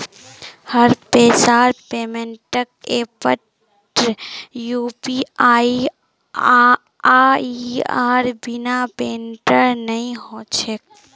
हर पैसार पेमेंटक ऐपत यूपीआईर बिना पेमेंटेर नइ ह छेक